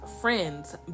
friends